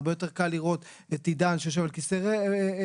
הרבה יותר קל לראות את עידן שיושב על כיסא גלגלים